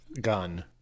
Gun